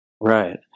Right